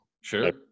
sure